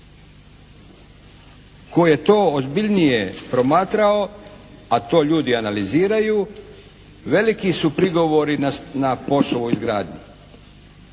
Tko je to ozbiljnije promatrao, a to ljudi analiziraju veliki su prigovori na POS-ovu izgradnju,